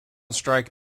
strike